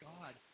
God